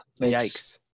Yikes